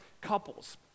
couples